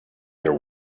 their